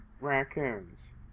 raccoons